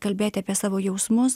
kalbėti apie savo jausmus